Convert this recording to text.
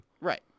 Right